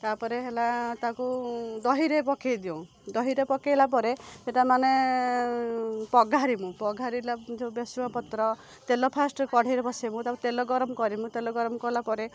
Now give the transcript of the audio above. ତା'ପରେ ହେଲା ତାକୁ ଦହିରେ ପକାଇ ଦଉ ଦହିରେ ପକାଇଲା ପରେ ସେଟା ମାନେ ପଘାରିବୁ ପଘାରିଲା ଯେଉଁ ଭେସୁଙ୍ଗା ପତ୍ର ତେଲ ଫାଷ୍ଟ କଢ଼େଇରେ ବସାଇବୁ ତା'ପରେ ତେଲ ଗରମ କରିବୁ ତେଲ ଗରମ କଲା ପରେ